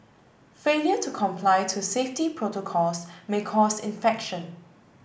failure to comply to safety protocols may cause infection